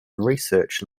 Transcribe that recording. research